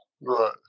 Right